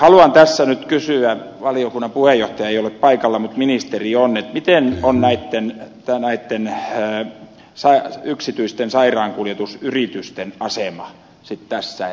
haluan tässä nyt kysyä valiokunnan puheenjohtaja ei ole paikalla mutta ministeri on miten on näitten yksityisten sairaankuljetusyritysten asema tässä